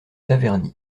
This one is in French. taverny